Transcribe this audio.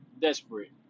desperate